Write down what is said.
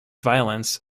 violence